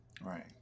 right